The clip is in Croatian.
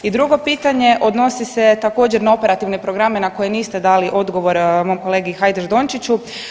I drugo pitanje odnosi se također, na operativne programe na koje niste dali odgovor mom kolegi Hajdaš Dončiću.